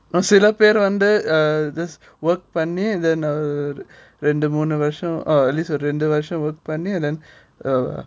சில பேரு வந்து:silaperu vandhu uh this work permit and then uh random motivational oh uh at least renovation work permit and then uh